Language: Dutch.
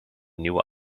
nieuwe